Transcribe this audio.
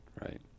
Right